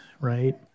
right